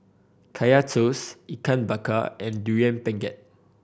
Kaya Toast Ikan Bakar and Durian Pengat